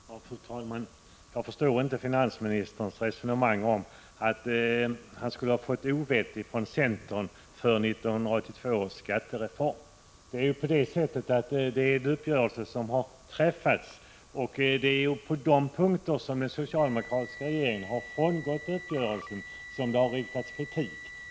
Fru talman! Jag förstår inte finansministerns resonemang om att han skulle ha fått ovett från centern för 1982 års skattereform. Det är på de punkter som den socialdemokratiska regeringen har frångått den uppgörelse som träffats som det har riktats kritik.